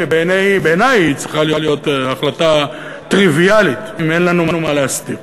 שבעיני היא צריכה להיות החלטה טריוויאלית אם אין לנו מה להסתיר.